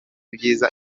ibyiza